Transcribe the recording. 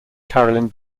carolyn